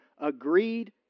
agreed